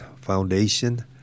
Foundation